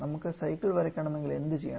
നമുക്ക് സൈക്കിൾ വരയ്ക്കണമെങ്കിൽ എന്ത് ചെയ്യണം